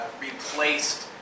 replaced